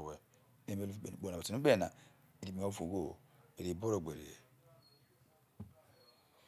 obo̱ ehru ere ukpe no̱u kpo o jo oroniko̱ ukpenana nata.